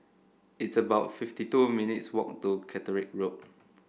it's about fifty two minutes' walk to Caterick Road